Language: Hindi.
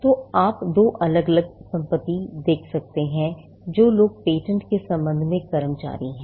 तो आप दो अलग अलग संपत्ति देख सकते हैं जो लोग पेटेंट के संबंध में कर्मचारी हैं